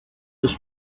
des